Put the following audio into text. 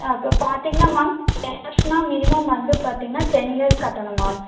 ஆ இப்போ பார்த்தீங்கன்னா ma'am ten இயர்ஸ்ன்னால் மினிமம் வந்து பார்த்தீங்கன்னா டென் இயர்ஸ் கட்டணும் மேம்